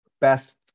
best